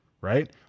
right